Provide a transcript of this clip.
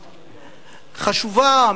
חשובה,